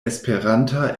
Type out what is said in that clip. esperanta